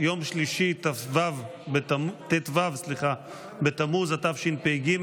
יום שלישי ט"ו בתמוז התשפ"ג,